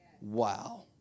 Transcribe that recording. Wow